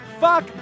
Fuck